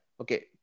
Okay